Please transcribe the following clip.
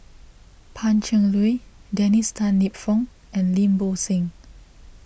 Pan Cheng Lui Dennis Tan Lip Fong and Lim Bo Seng